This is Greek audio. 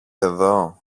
εδώ